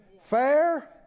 fair